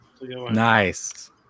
nice